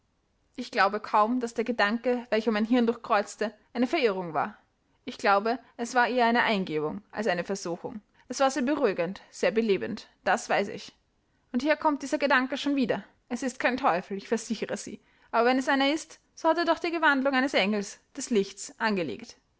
ich glaube kaum daß der gedanke welcher mein hirn durchkreuzte eine verirrung war ich glaube es war eher eine eingebung als eine versuchung es war sehr beruhigend sehr belebend das weiß ich und hier kommt dieser gedanke schon wieder es ist kein teufel ich versichere sie oder wenn es einer ist so hat er doch die gewandung eines engels des lichts angelegt